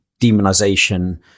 demonization